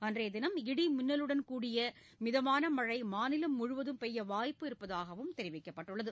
அன்றைய தினம் இடி மின்னலுடன் கூடிய மிதமான மழை மாநிலம் முழுவதும் பெய்ய வாய்ப்பு இருப்பதாகவும் தெரிவிக்கப்பட்டுள்ளது